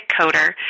coder